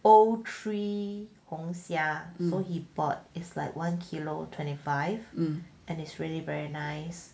old tree 红霞 so he bought is like one kilo twenty five and it's really very nice